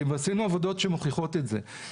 ועשינו עבודות שמוכיחות את זה.